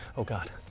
oh god.